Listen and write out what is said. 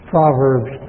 Proverbs